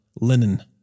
linen